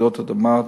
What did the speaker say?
רעידות אדמה,